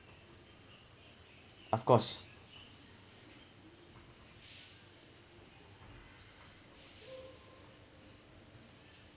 of course